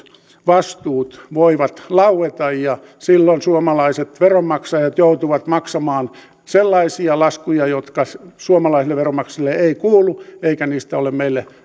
vastuut voivat laueta ja silloin suomalaiset veronmaksajat joutuvat maksamaan sellaisia laskuja jotka suomalaisille veronmaksajille eivät kuulu eikä niistä ole meille